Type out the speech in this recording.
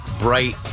bright